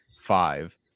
five